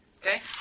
Okay